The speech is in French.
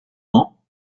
ans